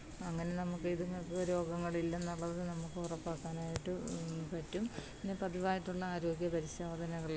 അങ്ങനെ നമുക്ക് ഇതുങ്ങള്ക്ക് രോഗങ്ങളില്ലെന്നുള്ളത് നമുക്ക് ഉറപ്പാക്കാനായിട്ട് പറ്റും പിന്നെ പതിവായിട്ടുള്ള ആരോഗ്യ പരിശോധനകള്